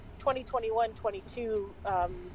2021-22